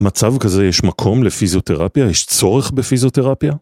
מצב כזה יש מקום לפיזיותרפיה? יש צורך בפיזיותרפיה?